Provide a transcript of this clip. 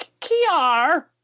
Kiar